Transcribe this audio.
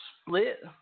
split